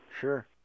Sure